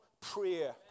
prayer